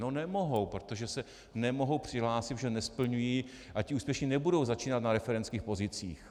No nemohou, protože se nemohou přihlásit, protože nesplňují, a ti úspěšní nebudou začínat na referentských pozicích.